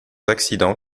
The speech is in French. accidents